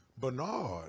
Bernard